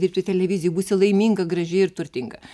dirbti televizijoj būsi laiminga graži ir turtinga